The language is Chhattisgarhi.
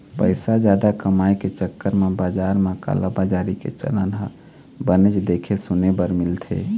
पइसा जादा कमाए के चक्कर म बजार म कालाबजारी के चलन ह बनेच देखे सुने बर मिलथे